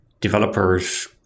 developers